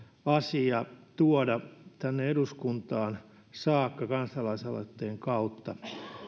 asia tuoda tänne eduskuntaan saakka kansalaisaloitteen kautta